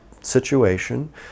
situation